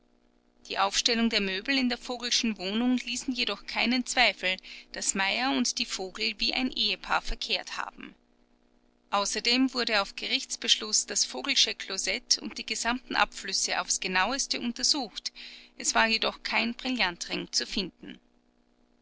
die aufstellung der möbel in der vogelschen wohnung ließen jedoch keinen zweifel daß meyer und die vogel wie ein ehepaar verkehrt haben außerdem wurde auf gerichtsbeschluß das vogelsche klosett und die gesamten abflüsse aufs genaueste untersucht es war jedoch kein brillantring zu finden